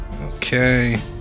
Okay